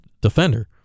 defender